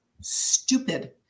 Stupid